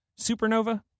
Supernova